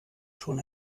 schon